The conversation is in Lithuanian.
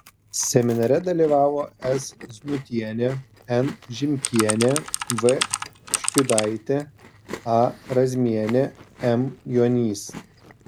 seminare dalyvavo s znutienė n žimkienė v škiudaitė a razmienė m juonys